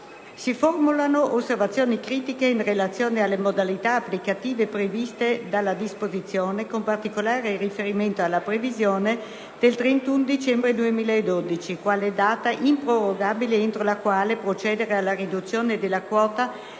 si formulano osservazioni critiche in relazione alle modalità applicative previste dalla disposizione, con particolare riferimento alla previsione del 31 dicembre 2012 quale data improrogabile entro la quale procedere alla riduzione della quota